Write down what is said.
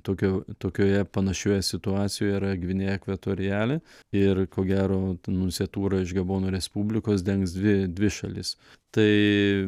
tokio tokioje panašioje situacijoje yra gvinėja kvetorijali ir ko gero ta nunciatūra iš gabono respublikos dengs dvi dvi šalis tai